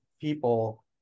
people